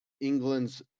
England's